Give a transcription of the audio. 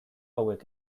hauek